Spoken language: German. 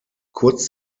kurz